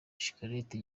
shikarete